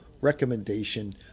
recommendation